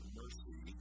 mercy